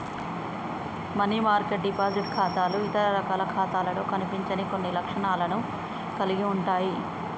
money market deposit ఖాతాలు ఇతర రకాల ఖాతాలలో కనిపించని కొన్ని లక్షణాలను కలిగి ఉంటయ్